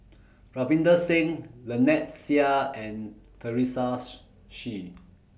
Ravinder Singh Lynnette Seah and Teresa Hsu